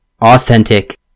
authentic